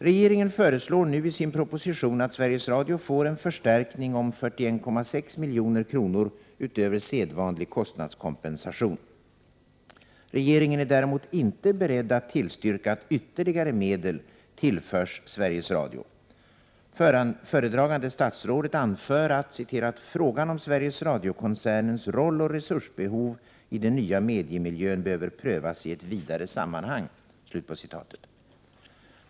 Regeringen är däremot inte beredd att tillstyrka att ytterligare medel tillförs Sveriges Radio. Föredragande statsrådet anför att ”frågan om Sveriges Radio-koncernens roll och resursbehov i den nya mediemiljön behöver prövas i ett vidare sammanhang”.